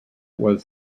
was